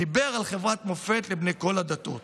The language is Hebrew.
דיבר על חברת מופת לבני כל הדתות